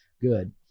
good